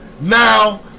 now